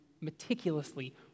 meticulously